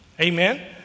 Amen